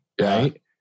right